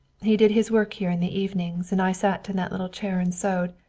he did his work here in the evenings, and i sat in that little chair and sewed.